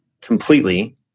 completely